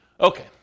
Okay